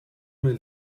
nel